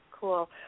Cool